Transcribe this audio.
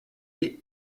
est